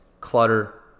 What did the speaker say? clutter